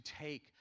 take